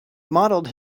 modelled